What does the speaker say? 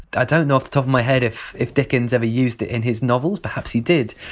i don't know off the top of my head if if dickens ever used it in his novels, perhaps he did.